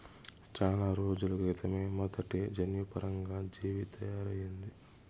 చానా రోజుల క్రితమే మొదటి జన్యుపరంగా జీవి తయారయింది